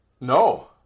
No